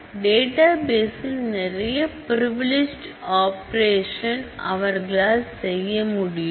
data பேசில் நிறைய privileged operation அவர்களால் செய்ய முடியும்